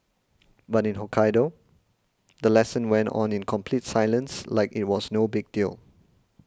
but in Hokkaido the lesson went on in complete silence like it was no big deal